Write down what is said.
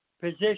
position